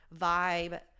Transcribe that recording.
vibe